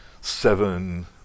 seven